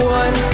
one